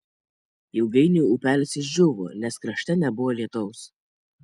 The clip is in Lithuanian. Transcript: ilgainiui upelis išdžiūvo nes krašte nebuvo lietaus